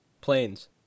Planes